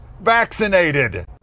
vaccinated